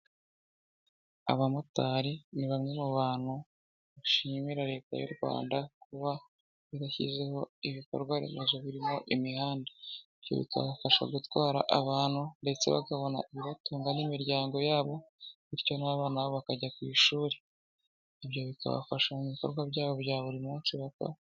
Abamotari ni bamwe mu bantu bashimira Leta y'u Rwanda kuba yarashyizeho ibikorwa remezo birimo imihanda, ibyo bikanabafasha gutwara abantu ndetse bakabona ibibatunga n'imiryango yabo bityo n'abana babo bakajya ku ishuri, ibyo bikabafasha mu bikorwa byabo bya buri munsi bakora.